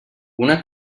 una